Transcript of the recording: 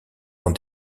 dans